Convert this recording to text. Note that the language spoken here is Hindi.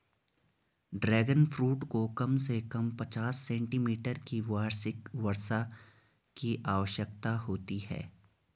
ड्रैगन फ्रूट को कम से कम पचास सेंटीमीटर की वार्षिक वर्षा की आवश्यकता होती है